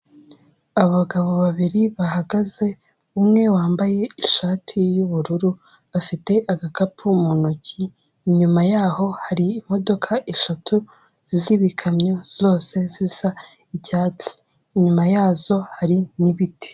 Abagabo babiri bahagaze, umwe wambaye ishati y'ubururu bafite agakapu mu ntoki, inyuma yaho hari imodoka eshatu z'ibikamyo zose zisa icyatsi. Inyuma yazo hari n'ibiti.